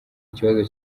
ikibazo